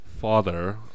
father